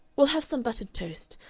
we'll have some buttered toast.